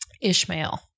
Ishmael